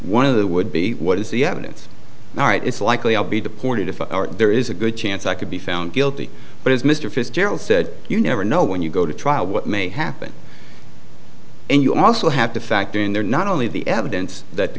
one of the would be what is the evidence all right it's likely i'll be deported if there is a good chance i could be found guilty but as mr fitzgerald said you never know when you go to trial what may happen and you also have to factor in there not only the evidence that the